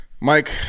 Mike